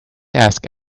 ask